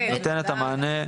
שנותנת את המענה.